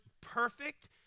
perfect